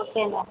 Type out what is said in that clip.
okay madam